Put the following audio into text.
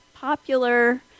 popular